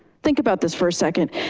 think about this for a second.